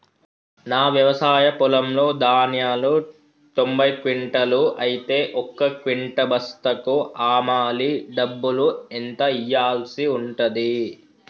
నా వ్యవసాయ పొలంలో ధాన్యాలు తొంభై క్వింటాలు అయితే ఒక క్వింటా బస్తాకు హమాలీ డబ్బులు ఎంత ఇయ్యాల్సి ఉంటది?